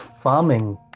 farming